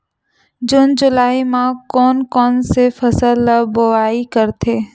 जून जुलाई म कोन कौन से फसल ल बोआई करथे?